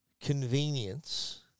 convenience